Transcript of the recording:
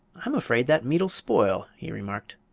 i'm afraid that meat'll spoil, he remarked.